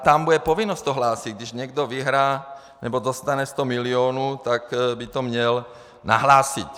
Tam bude povinnost to hlásit, když někdo vyhraje nebo dostane 100 milionů, měl by to nahlásit.